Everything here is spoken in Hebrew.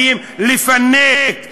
באים לפנק,